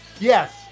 Yes